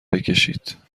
بکشید